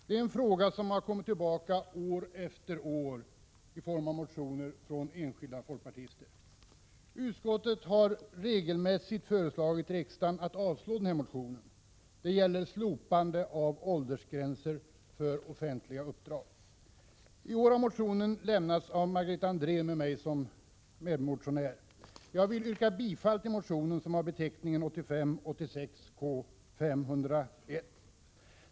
Det är en fråga som har kommit tillbaka år efter år i form av motioner från enskilda folkpartister. Utskottet har regelmässigt föreslagit riksdagen att avslå motionen. Den gäller slopande av åldersgränser för offentliga uppdrag. I år har motionen avlämnats av Margareta Andrén med mig som medmotionär. Jag vill yrka bifall till motionen, som har beteckningen 1985/86:K501.